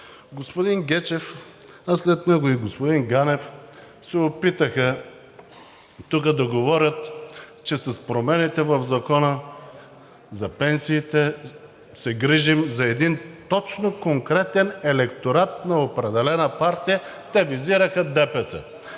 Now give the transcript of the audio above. господин Гечев, а след него и господин Ганев се опитаха тук да говорят, че с промените в Закона за пенсиите се грижим за точно конкретен електорат на определена партия. Те визираха ДПС,